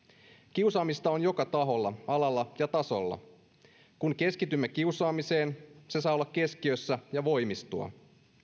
kiusaamista on joka taholla alalla ja tasolla kun keskitymme kiusaamiseen se saa olla keskiössä ja voimistua